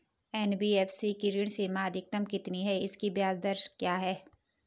NBFC की ऋण सीमा अधिकतम कितनी है इसकी ब्याज दर क्या है?